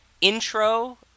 intro